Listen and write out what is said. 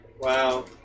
Wow